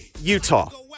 Utah